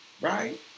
right